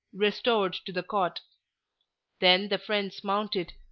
restored to the cot then the friends mounted,